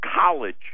college